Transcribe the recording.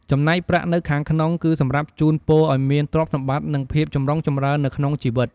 ចំណែកប្រាក់នៅខាងក្នុង គឺសម្រាប់ជូនពរឱ្យមានទ្រព្យសម្បត្តិ និងភាពចម្រុងចម្រើននៅក្នុងជិវិត។